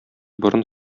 борын